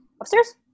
Upstairs